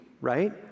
right